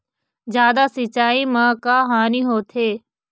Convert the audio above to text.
जादा सिचाई म का हानी होथे?